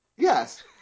Yes